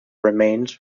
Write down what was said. remains